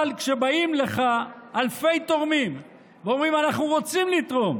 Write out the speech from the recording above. אבל כשבאים אליך אלפי תורמים ואומרים: אנחנו רוצים לתרום,